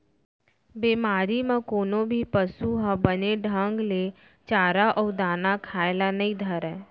बेमारी म कोनो भी पसु ह बने ढंग ले चारा अउ दाना खाए ल नइ धरय